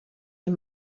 you